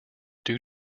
due